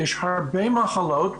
יש הרבה מחלות,